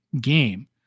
game